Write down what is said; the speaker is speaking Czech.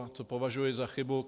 A to považuju za chybu.